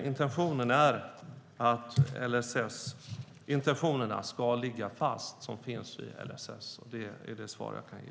Intentionerna i LSS ska ligga fast. Det är det svar som jag kan ge.